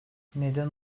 neden